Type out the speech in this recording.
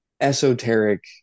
esoteric